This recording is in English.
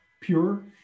pure